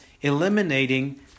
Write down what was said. eliminating